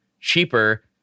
cheaper